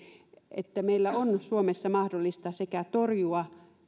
että meillä on suomessa mahdollista sekä torjua